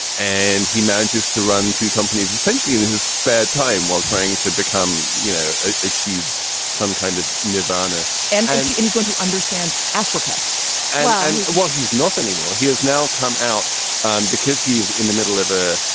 and he manages to run two companies essentially in his spare time while trying to become, you know, achieve some kind of nirvana and and he's going to understand africa um ah and well, he's not anymore. he has now come out um because he's in the middle of a.